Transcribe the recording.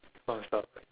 one stop